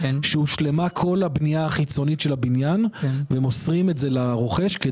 יהיה בדיוק כמו אחד שרוכש דירת מגורים,